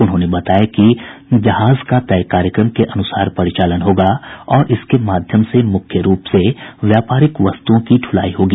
उन्होंने बताया कि जहाज का तय कार्यक्रम के अनुसार परिचालन होगा और इसके माध्यम से मुख्य रूप से व्यापारिक वस्तुओं की दुलाई होगी